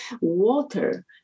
Water